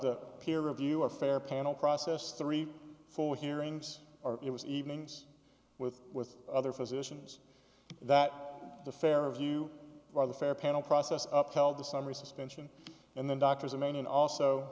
the peer review a fair panel process three full hearings it was evenings with with other physicians that the fair of you are the fair panel process up held the summary suspension and the doctors and then also